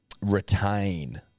retain